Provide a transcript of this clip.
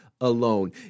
alone